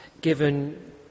given